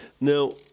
Now